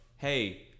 hey